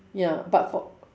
ya but for